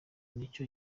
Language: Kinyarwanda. nicyo